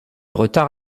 retard